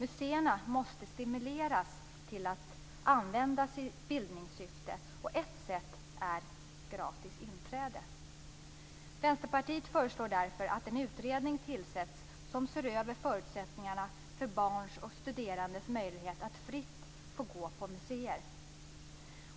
Vi måste stimulera till att museerna används i bildningssyfte. Ett sätt är att låta inträdet vara gratis. Vänsterpartiet föreslår därför att en utredning tillsätts som ser över förutsättningarna för barns och studerandes möjlighet att fritt gå på museer.